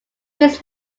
his